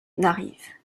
n’arrive